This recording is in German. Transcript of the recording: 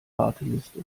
warteliste